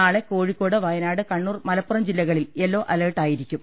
നാളെ കോഴിക്കോ ട് വയനാട് കണ്ണൂർ മലപ്പുറം ജില്ലകളിൽ yellow alert ആയിരിക്കും